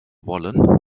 wollen